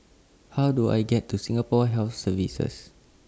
How Do I get to Singapore Health Services